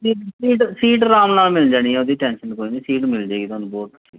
ਸੀ seat seat ਅਰਾਮ ਨਾਲ ਮਿਲ ਜਾਣੀ ਉਹਦੀ ਟੈਂਸ਼ਨ ਕੋਈ ਨਹੀਂ ਸੀਟ ਮਿਲ ਜਾਏਗੀ ਤੁਹਾਨੂੰ ਬਹੁਤ ਅੱਛੀ